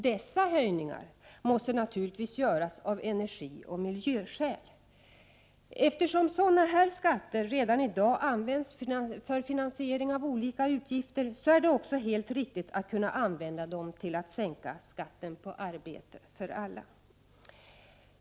Dessa höjningar måste naturligtvis göras av energioch miljöskäl. Eftersom sådana här skatter redan i dag används för finansiering av olika utgifter är det också helt riktigt att använda dem till att sänka skatten på arbete för alla.